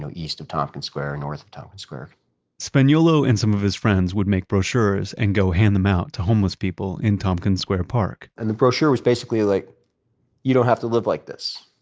east of tompkins square, north of tompkins square spagnuolo and some of his friends would make brochures and go hand them out to homeless people in tompkins square park and the brochure was basically like you don't have to live like this.